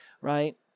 right